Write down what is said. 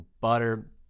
butter